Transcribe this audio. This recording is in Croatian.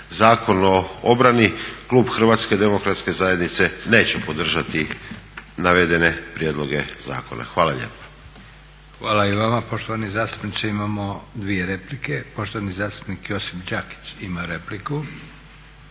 Zakon o obrani Klub Hrvatske demokratske zajednice neće podržati navedene prijedloge zakona. Hvala lijepa. **Leko, Josip (SDP)** Hvala i vama poštovani zastupniče. Imamo dvije replike. Poštovani zastupnik Josip Đakić ima repliku.